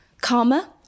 Karma